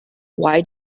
why